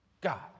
God